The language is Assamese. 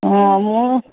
অ মোৰো